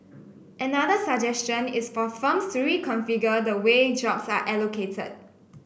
another suggestion is for firms three configure the way jobs are allocated